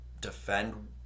defend